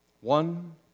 one